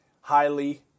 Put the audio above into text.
highly